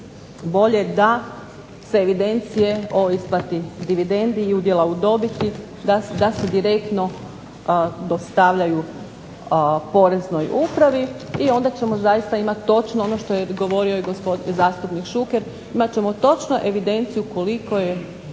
bolje da se evidencije o isplati dividendi i udjela u dobiti da se direktno dostavljaju poreznoj upravi i onda ćemo zaista imati točno ono što je govorio i zastupnik Šuker, imat ćemo točno evidenciju koliko je